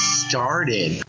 started